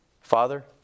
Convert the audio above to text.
Father